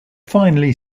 finally